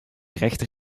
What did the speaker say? rechter